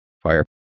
Fire